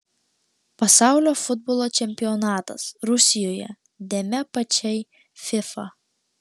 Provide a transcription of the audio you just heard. pasaulio futbolo čempionatas rusijoje dėmė pačiai fifa